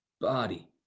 body